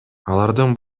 алардын